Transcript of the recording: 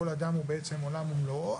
כל אדם הוא עולם ומלואו.